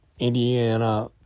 Indiana